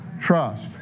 Trust